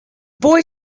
boy